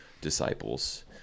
disciples